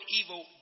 evil